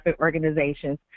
organizations